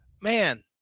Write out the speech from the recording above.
Man